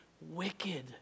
wicked